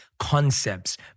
concepts